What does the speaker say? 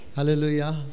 Hallelujah